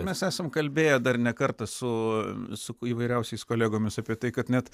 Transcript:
mes esam kalbėję dar ne kartą su suk įvairiausiais kolegomis apie tai kad net